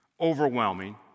overwhelming